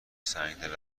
سنگدل